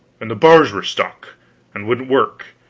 and the bars were stuck and wouldn't work,